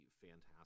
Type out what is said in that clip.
fantastic